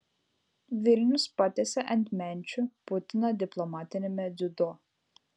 vilnius patiesė ant menčių putiną diplomatiniame dziudo